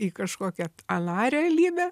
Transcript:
į kažkokią aną realybę